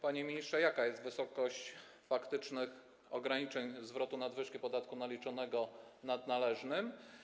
Panie ministrze, jaka jest wielkość faktycznych ograniczeń zwrotu nadwyżki podatku naliczonego nad należnym?